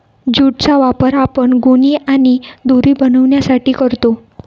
jute चा वापर आपण गोणी आणि दोरी बनवण्यासाठी करतो